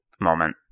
moment